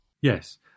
Yes